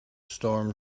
storm